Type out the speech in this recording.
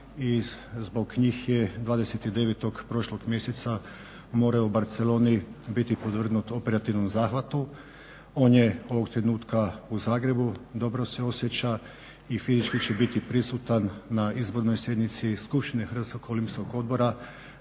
zbog njih je 29. prošlog mjeseca morao u Barceloni biti podvrgnut operativnom zahvatu. On je ovog trenutka u Zagrebu, dobro se osjeća i fizički će biti prisutan na izbornoj sjednici skupštine Hrvatskog olimpijskog odbora